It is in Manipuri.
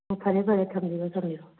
ꯎꯝ ꯐꯅꯤ ꯐꯅꯤ ꯊꯝꯕꯤꯔꯣ ꯊꯝꯕꯤꯔꯣ